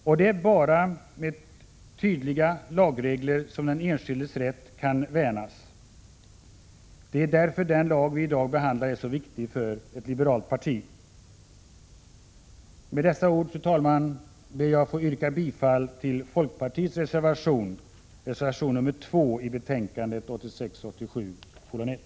Och det är bara med tydliga lagregler som den enskildes rätt kan värnas. Det är därför den lag vi i dag behandlar är så viktig för ett liberalt parti. Med dessa ord, fru talman, ber jag att få yrka bifall till folkpartiets reservation 2, i betänkandet 1986/87:1.